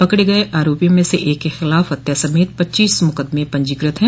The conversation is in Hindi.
पकड़े गये आरोपियों में से एक के खिलाफ हत्या समेत पच्चीस मुकदमें पंजीकृत हैं